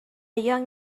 young